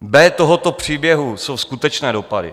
B tohoto příběhu jsou skutečné dopady.